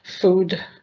food